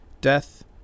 death